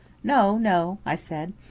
no, no, i said.